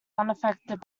unaffected